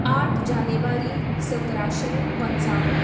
आठ जानेवारी सतराशें पंच्चावन